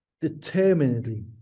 determinedly